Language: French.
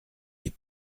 les